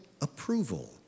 approval